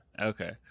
okay